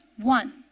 one